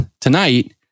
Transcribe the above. Tonight